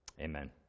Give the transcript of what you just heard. Amen